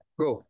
go